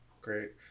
great